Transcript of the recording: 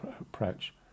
approach